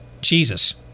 Jesus